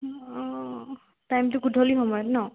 অঁ টাইমটো গধূলি সময়ত ন